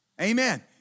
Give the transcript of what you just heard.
Amen